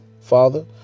father